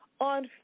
on